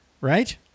Right